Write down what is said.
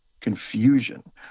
confusion